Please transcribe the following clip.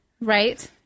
Right